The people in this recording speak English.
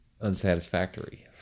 unsatisfactory